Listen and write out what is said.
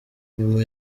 nyuma